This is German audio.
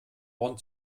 ohren